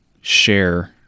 share